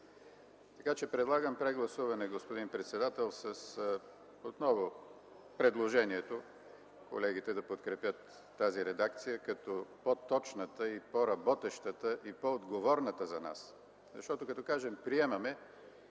работим. Предлагам прегласуване, господин председател, отново с предложението колегите да подкрепят тази редакция, като по-точната, по-работещата и по-отговорната за нас. Като кажем „приемаме”,